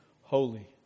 holy